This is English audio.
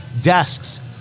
desks